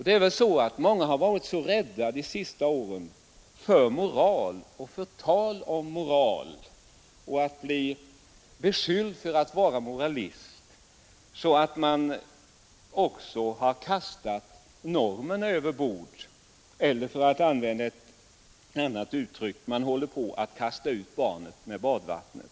Det är väl så att många under de senaste åren varit så rädda för moral och för tal om moral och att bli beskyllda för att vara moralister att man också har kastat normerna över bord; eller för att använda ett annat uttryck: man kastar ut barnet med badvattnet.